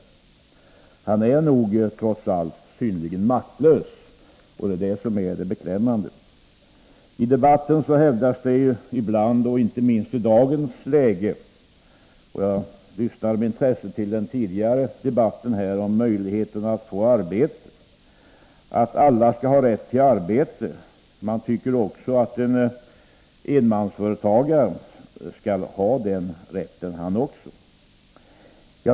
Enmansföretagaren är nog trots allt synnerligen maktlös, och det är det som är beklämmande. I debatten hävdas det i bland och inte minst i dagens läge — jag lyssnade med intresse på debatten här nyss om möjligheterna att få arbete —att alla skall ha rätt till arbete. Då tycker man att också en enmansföretagare skall ha den rätten.